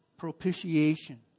propitiation